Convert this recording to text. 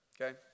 okay